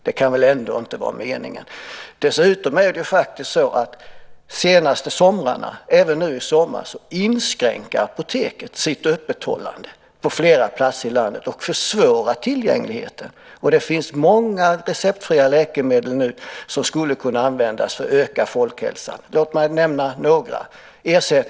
Det kan väl ändå inte vara meningen? Dessutom är det faktiskt så att de senaste somrarna, även nu i sommar, inskränker apoteket sitt öppethållande på flera platser i landet och försvårar tillgängligheten. Det finns många receptfria läkemedel som skulle kunna användas för att öka folkhälsan. Låt mig nämna några.